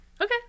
Okay